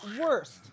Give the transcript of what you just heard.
worst